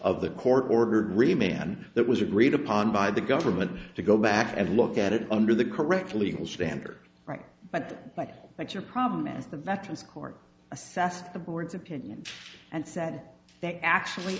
the court ordered remain and that was agreed upon by the government to go back and look at it under the correct legal standard right but but but your problem is the veterans court assessed the board's opinion and said they actually